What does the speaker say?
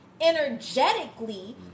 energetically